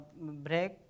break